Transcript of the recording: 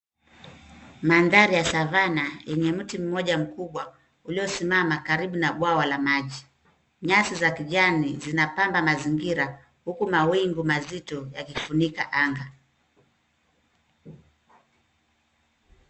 Mandhari ya savana yenye mti mmoja mkubwa uliosimama karibu na bwawa la maji. Nyasi za kijani zinapanda mazingira huku mawingu mazito yakifunika anga.